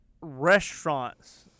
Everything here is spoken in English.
restaurants